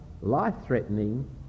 life-threatening